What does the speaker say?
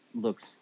looks